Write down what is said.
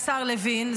השר לוין,